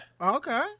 Okay